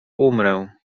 umrę